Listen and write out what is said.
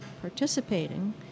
participating